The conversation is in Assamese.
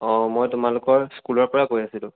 অঁ মই তোমালোকৰ স্কুলৰ পৰা কৈ আছিলো